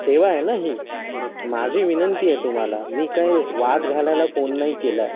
सेवा आहे ना ही माझी विनंती आहे तुम्हाला मी काही वाद घालायला फोन नाही केला